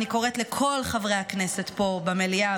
אני קוראת לכל חברי הכנסת פה במליאה,